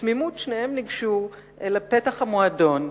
ובתמימות שניהם ניגשו אל פתח המועדון,